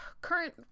current